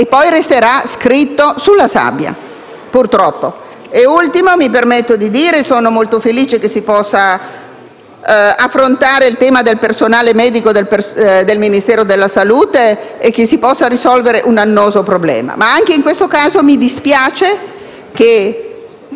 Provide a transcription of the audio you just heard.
resterà scritto sulla sabbia. Infine mi permetto di dire che sono molto felice che si possa affrontare il tema del personale medico del Ministero della salute e che si possa risolvere un annoso problema. Anche in questo caso, però, mi dispiace che